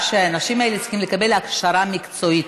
שהאנשים האלה צריכים לקבל הכשרה מקצועית.